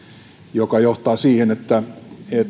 joka johtaa siihen että